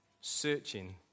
searching